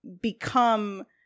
become